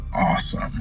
Awesome